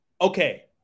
Okay